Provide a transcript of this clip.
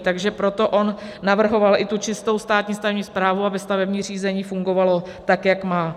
Takže proto on navrhoval i tu čistou státní stavební správu, aby stavební řízení fungovalo tak, jak má.